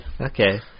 Okay